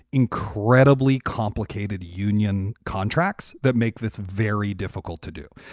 incredibly complicated union contracts that make this very difficult to do.